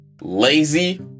lazy